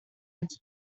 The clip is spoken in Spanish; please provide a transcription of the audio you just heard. allí